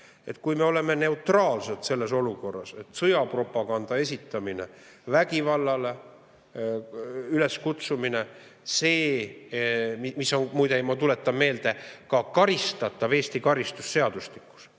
kas me oleme neutraalsed selles olukorras, kus [toimub] sõjapropaganda esitamine, vägivallale üleskutsumine, mis on, muide, ma tuletan meelde, karistatav Eesti karistusseadustiku